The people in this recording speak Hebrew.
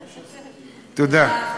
תודה.